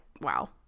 wow